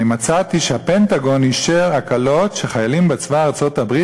מצאתי שהפנטגון אישר הקלות שחיילים בצבא ארצות-הברית